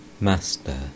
Master